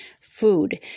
food